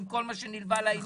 עם כל מה שנלווה לעניין,